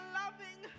loving